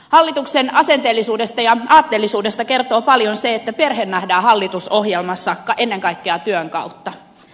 hallituksen asenteellisuudesta ja aatteellisuudesta kertoo paljon se että perhe nähdään hallitusohjelmassa ennen kaikkea työn kautta